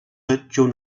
adjunt